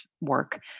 work